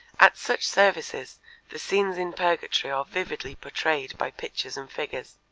at such services the scenes in purgatory are vividly portrayed by pictures and figures.